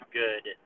good